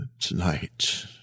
Tonight